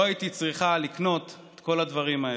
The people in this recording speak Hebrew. לא הייתי צריכה לקנות את כל הדברים האלו.